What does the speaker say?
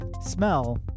smell